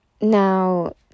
Now